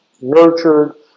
nurtured